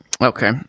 Okay